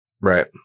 Right